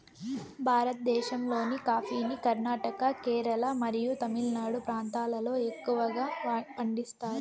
భారతదేశంలోని కాఫీని కర్ణాటక, కేరళ మరియు తమిళనాడు ప్రాంతాలలో ఎక్కువగా పండిస్తారు